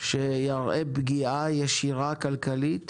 שיראה פגיעה כלכלית ישירה